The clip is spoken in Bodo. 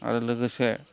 आरो लोगोसे